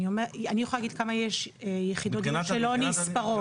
אני יכולה להגיד כמה יש יחידות דיור שלא נספרות.